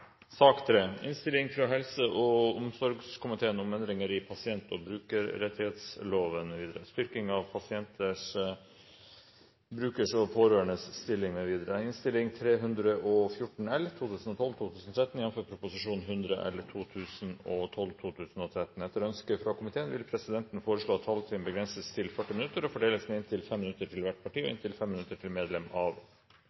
sak nr. 1. Etter ønske fra helse- og omsorgskomiteen vil presidenten foreslå at taletiden begrenses til 40 minutter og fordeles med inntil 5 minutter til hvert parti og